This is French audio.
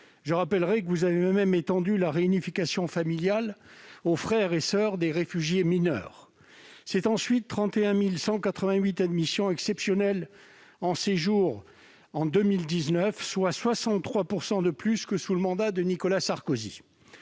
Je rappellerai que vous avez même étendu la réunification familiale aux frères et soeurs des réfugiés mineurs. Par ailleurs, 31 188 admissions exceptionnelles au séjour ont été enregistrées en 2019, soit 63 % de plus que sous le mandat de Nicolas Sarkozy.